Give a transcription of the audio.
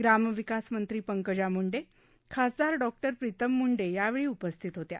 ग्रामविकास मंत्री पंकजा मुंडे खासदार डॉक्टर प्रीतम मुंडे यावेळी उपस्थित होत्या